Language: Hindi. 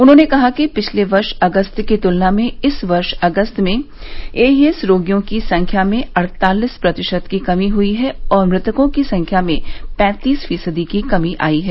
उन्होंने कहा कि पिछले वर्ष अगस्त की तुलना में इस वर्ष अगस्त में एईएस रोगियों की संख्या में अड़तालिस प्रतिशत की कमी हुई है और मृतकों की संख्या में पैंतीस फीसद की कमी आई है